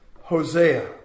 Hosea